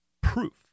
proof